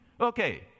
Okay